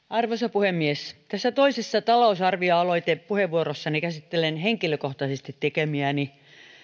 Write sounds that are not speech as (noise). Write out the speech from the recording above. (unintelligible) arvoisa puhemies tässä toisessa talousarvioaloitepuheenvuorossani käsittelen henkilökohtaisesti tekemiäni